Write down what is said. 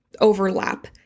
overlap